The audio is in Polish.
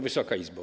Wysoka Izbo!